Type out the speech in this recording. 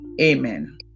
Amen